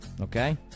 okay